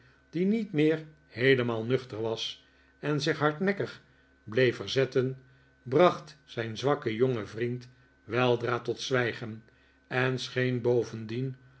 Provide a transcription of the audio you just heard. die niet meer heelemaal nuchter was en zich hardnekkig bleef verzetten bracht zijn zwakken jongen vriend weldra tot zwijgen en scheen bovendien